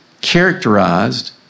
characterized